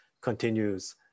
continues